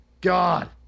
God